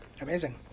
Amazing